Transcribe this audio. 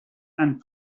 and